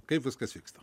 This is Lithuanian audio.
kaip viskas vyksta